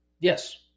Yes